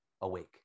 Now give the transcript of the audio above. awake